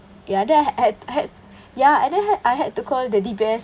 ya then I had I had ya and then had I had to call the D_B_S